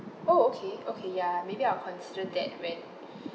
oh okay okay ya maybe I'll consider that when